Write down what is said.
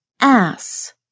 ass